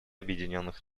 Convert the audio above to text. объединенных